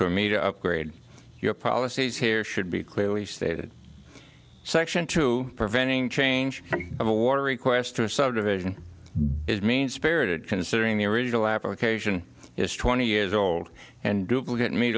for me to upgrade your policies here should be clearly stated section to preventing change of a water request to a subdivision is mean spirited considering the original application is twenty years old and do get